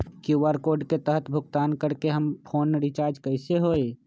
QR code के तहद भुगतान करके हम फोन रिचार्ज कैसे होई?